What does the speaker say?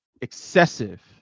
excessive